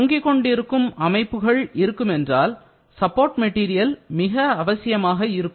தொங்கிக் கொண்டிருக்கும் அமைப்புக்கள் இருக்குமென்றால் சப்போர்ட் மெட்டீரியல் மிக அவசியமாக இருக்கும்